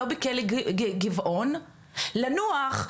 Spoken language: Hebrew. לא בכלה גבעון, לנוח.